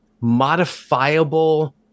modifiable